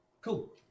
Cool